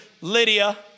Lydia